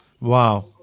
Wow